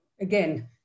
again